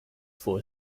for